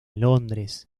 londres